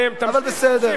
אבל בסדר.